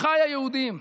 אחיי היהודים,